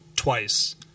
twice